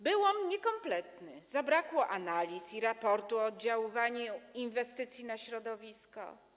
Był on niekompletny, zabrakło analiz i raportu o oddziaływaniu inwestycji na środowisko.